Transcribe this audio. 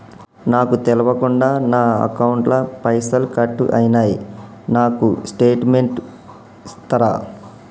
నాకు తెల్వకుండా నా అకౌంట్ ల పైసల్ కట్ అయినై నాకు స్టేటుమెంట్ ఇస్తరా?